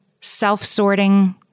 self-sorting